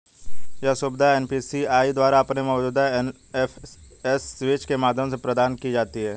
यह सुविधा एन.पी.सी.आई द्वारा अपने मौजूदा एन.एफ.एस स्विच के माध्यम से प्रदान की जाती है